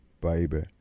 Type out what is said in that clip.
baby